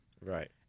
Right